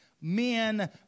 men